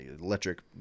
electric